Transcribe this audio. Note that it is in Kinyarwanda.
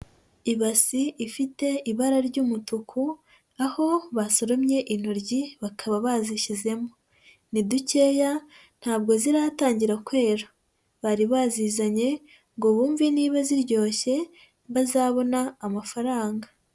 Ibasi ifite ibara ry'umutuku, aho basoromye intoryi, bakaba bazishyizemo. Ni dukeya, ntabwo ziratangira kwera. Bari bazizanye, ngo bumve niba ziryoshye, bazabona amafaranga.